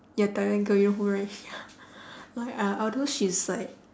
ya thailand girl you know who right like uh although she's like